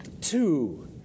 Two